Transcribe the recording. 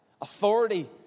authority